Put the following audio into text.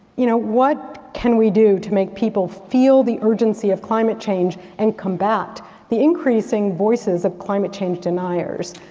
you know what can we do to make people feel the urgency of climate change and combat the increasing voices of climate change deniers,